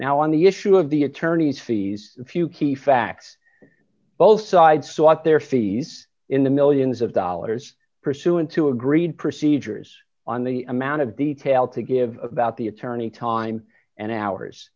now on the issue of the attorney's fees a few key facts both sides so what their fees in the millions of dollars pursuant to agreed procedures on the amount of detail to give about the attorney time and hour